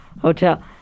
hotel